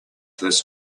this